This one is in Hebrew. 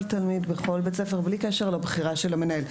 תלמיד בכל בית ספר בלי קשר לבחירה של המנהל.